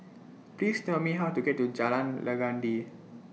Please Tell Me How to get to Jalan Legundi